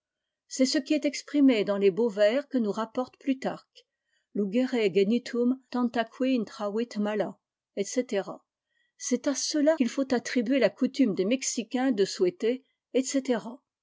c'est ce qui est exprimé dans les beaux vers que nous rapf porte plutarque lugere genitum tanta qui intravit mala etc c'est à cela qu'il faut attribuer la coutume des mexicains de souhaiter etc